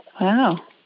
Wow